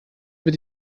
wird